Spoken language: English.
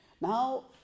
now